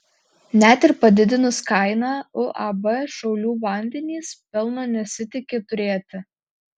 net ir padidinus kainą uab šiaulių vandenys pelno nesitiki turėti